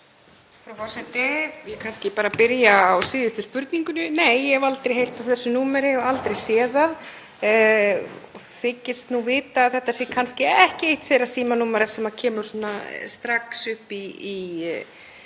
Frú forseti. Ég byrja kannski bara á síðustu spurningunni. Nei, ég hef aldrei heyrt af þessu númeri og aldrei séð það. Ég þykist vita að þetta sé kannski ekki eitt þeirra símanúmera sem koma strax upp í